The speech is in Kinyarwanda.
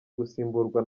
gusimburwa